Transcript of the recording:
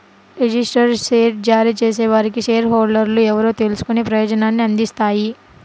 registered share జారీ చేసేవారికి share హోల్డర్లు ఎవరో తెలుసుకునే ప్రయోజనాన్ని అందిస్తాయి